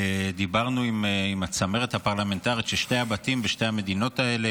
דברנו עם הצמרת הפרלמנטרית של שני הבתים בשתי המדינות האלה.